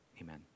amen